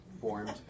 formed